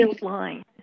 line